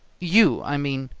you, i mean,